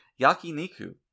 yakiniku